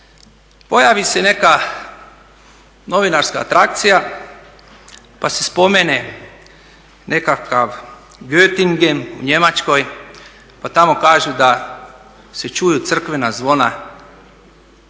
pojavi se neka novinarska atrakcija pa se spomene nekakav Gottingen u Njemačkoj, pa tamo kažu da se čuju crkvena zvona